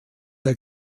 der